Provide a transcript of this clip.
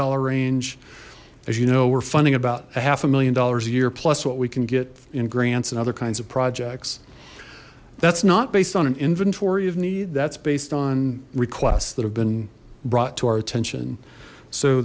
dollar range as you know we're funding about a half a million dollars a year what we can get in grants and other kinds of projects that's not based on an inventory of need that's based on requests that have been brought to our attention so